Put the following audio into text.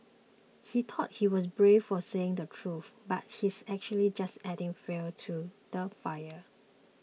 he thought he was brave for saying the truth but he's actually just adding fuel to the fire